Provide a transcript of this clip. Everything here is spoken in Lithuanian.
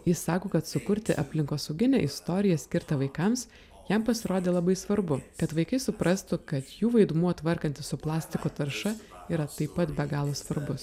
jis sako kad sukurti aplinkosauginę istoriją skirtą vaikams jam pasirodė labai svarbu kad vaikai suprastų kad jų vaidmuo tvarkantis su plastiko tarša yra taip pat be galo svarbus